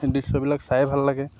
সেই দৃশ্যবিলাক চায়ে ভাল লাগে